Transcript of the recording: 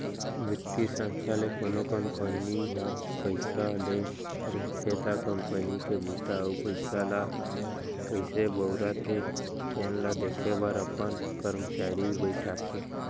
बित्तीय संस्था ले कोनो कंपनी ह पइसा ले रहिथे त कंपनी के बूता अउ पइसा ल कइसे बउरत हे तेन ल देखे बर अपन करमचारी बइठाथे